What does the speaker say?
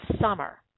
Summer